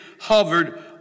hovered